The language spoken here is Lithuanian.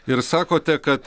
ir sakote kad